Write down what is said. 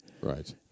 Right